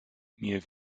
nie